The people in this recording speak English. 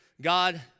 god